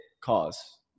cause